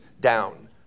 down